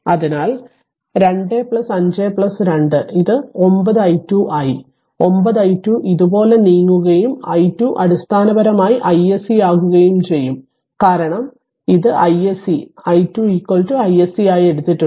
അതിനാൽ 252 ഇത് 9 i2 ആയി 9 i2 ഇതുപോലെ നീങ്ങുകയും r i2 അടിസ്ഥാനപരമായി iSC ആകുകയും ചെയ്യും കാരണം ഇത് iSC i2 i s c ആയി എടുത്തിട്ടുണ്ട്